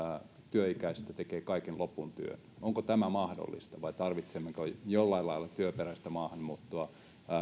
työikäisistä tekee kaiken lopun työn onko tämä mahdollista vai tarvitsemmeko jollain lailla työperäistä maahanmuuttoa